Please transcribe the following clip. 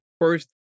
first